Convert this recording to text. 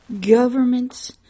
governments